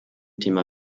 thema